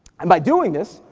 and by doing this,